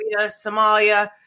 Somalia